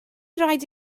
raid